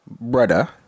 brother